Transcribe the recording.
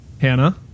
Hannah